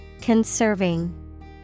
Conserving